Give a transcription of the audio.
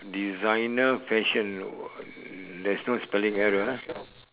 designer fashion there's no spelling error ah